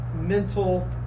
mental